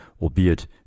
albeit